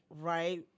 right